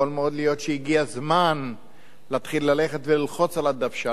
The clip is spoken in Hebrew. יכול מאוד להיות שהגיע הזמן להתחיל ללחוץ על הדוושה.